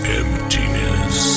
emptiness